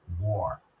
war